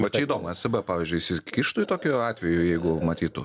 va čia įdomu esebė pavyzdžiui įsikištų į tokiu atveju jeigu matytų